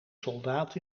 soldaat